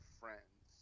friends